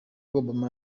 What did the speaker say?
obama